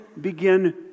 begin